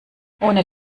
ohne